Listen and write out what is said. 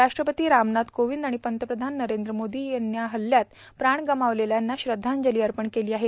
राष्ट्रपती रामनाथ कोविंद आाण पंतप्रधान नरद्र मोदी यांनी या हल्ल्यात प्राण गमावलेल्यांना श्रद्धांजली अपण केर्लो आहे